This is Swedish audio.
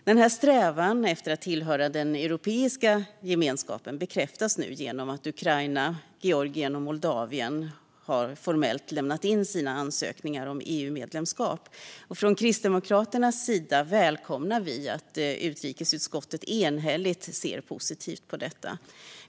Denna strävan att tillhöra den europeiska gemenskapen bekräftas nu genom att Ukraina, Georgien och Moldavien formellt har lämnat in sina ansökningar om EU-medlemskap. Från Kristdemokraternas sida välkomnar vi att utrikesutskottet enhälligt ser positivt på detta.